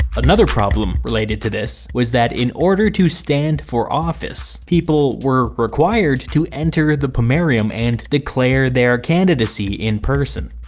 but another problem related to this was that in order to stand for office, people were required to enter the pomerium and declare their candidacy in person.